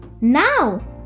Now